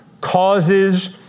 causes